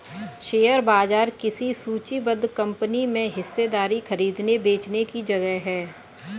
share बाजार किसी सूचीबद्ध कंपनी में हिस्सेदारी खरीदने बेचने की जगह है